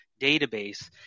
database